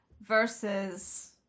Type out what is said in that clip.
versus